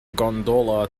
gondola